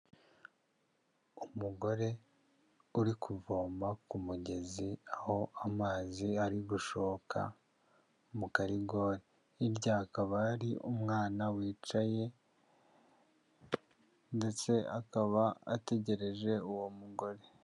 Umugore uri kuvoma ku mugezi, aho amazi ari gushoka mu karigori, hirya hakaba hari umwana wicaye ndetse akaba ategereje uwo mugore.